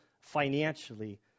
financially